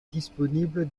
disponible